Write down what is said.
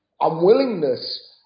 unwillingness